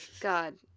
God